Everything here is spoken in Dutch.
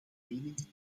mening